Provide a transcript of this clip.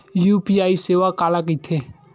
UPI सेवा काला कइथे?